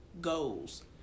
goals